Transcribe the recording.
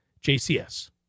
jcs